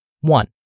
One